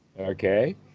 okay